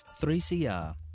3CR